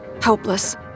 helpless